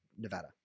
Nevada